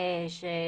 בצו שריות העובדים,